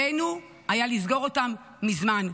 היה עלינו לסגור אותם מזמן.